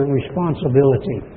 responsibility